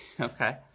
Okay